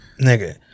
Nigga